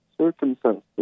circumstances